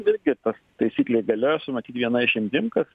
vėl kita taisyklė galioja su matyt viena išimtim kad